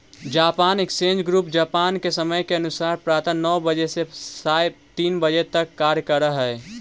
Japan exchange group Japan के समय के अनुसार प्रातः नौ बजे से सायं तीन बजे तक कार्य करऽ हइ